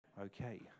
Okay